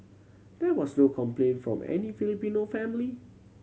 there was no complaint from any Filipino family